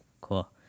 Cool